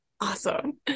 awesome